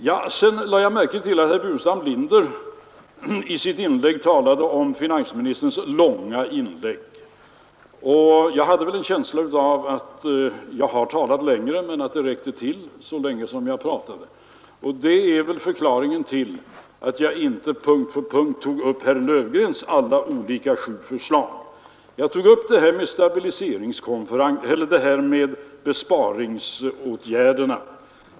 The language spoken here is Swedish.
Jag lade märke till att herr Burenstam Linder talade om finansministerns långa inlägg. Jag har en känsla av att jag mången gång har talat längre än jag nu gjorde men att längden på mitt anförande räckte till. Det är förklaringen till att jag inte tog upp herr Löfgrens sju olika förslag punkt för punkt. Jag tog upp frågan om besparingsåtgärderna.